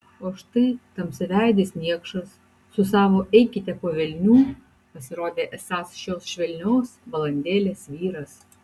o štai tamsiaveidis niekšas su savo eikite po velnių pasirodė esąs šios švelnios balandėlės vyras